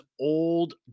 old